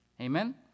Amen